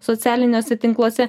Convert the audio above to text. socialiniuose tinkluose